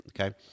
Okay